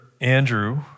Andrew